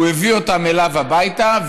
הוא הביא אותו אליו הביתה.